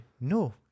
no